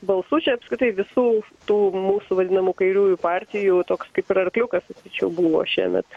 balsų čia apskritai visų tų mūsų vadinamų kairiųjų partijų toks kaip ir arkliukas sakyčiau buvo šiemet